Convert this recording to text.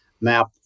map